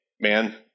man